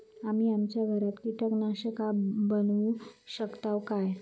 आम्ही आमच्या घरात कीटकनाशका बनवू शकताव काय?